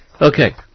Okay